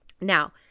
Now